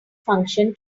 function